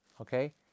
okay